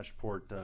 port